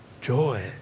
joy